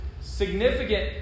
significant